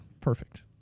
perfect